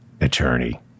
attorney